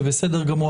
זה בסדר גמור.